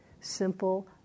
simple